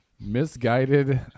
misguided